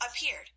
appeared